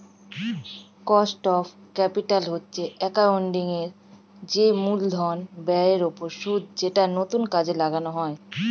cost of capital হচ্ছে accounting এর যে মূলধন ব্যয়ের ওপর সুদ যেটা নতুন কাজে লাগানো হয়